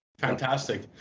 Fantastic